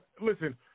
Listen